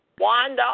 Wanda